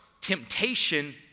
temptation